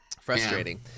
Frustrating